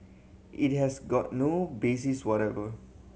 it has got no basis whatever